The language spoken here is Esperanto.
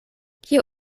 kio